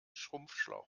schrumpfschlauch